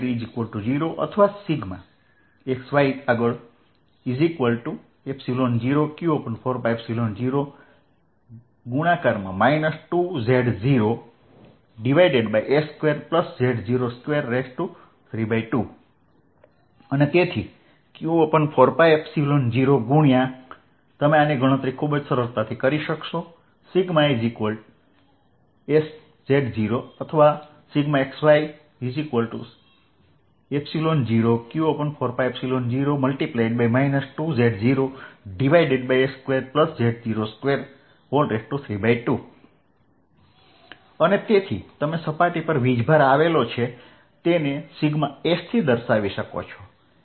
σz0 અથવા σ0q4π0X 2z0 s2z0232 તેથી q4π0ગુણ્યા તમે આની ગણતરી ખૂબ જ સરળતાથી કરી શકો છો σz0 અથવા σ0q4π0X 2z0 s2z0232 અને તેથી તમે સપાટી પર વીજભાર આવેલો છે તેને s થી દર્શાવી શકો છો